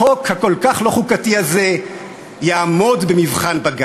החוק הכל-כך לא חוקתי הזה יעמוד במבחן בג"ץ.